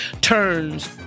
turns